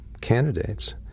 candidates